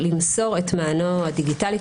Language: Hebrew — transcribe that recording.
פרטי מענו הדיגיטלי,